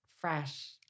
fresh